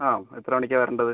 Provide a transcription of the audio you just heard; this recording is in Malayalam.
അ എത്ര മണിക്കാ വരണ്ടത്